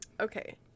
Okay